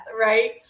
right